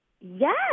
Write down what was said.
Yes